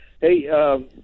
Hey